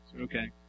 Okay